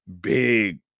big